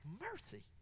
mercy